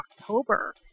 October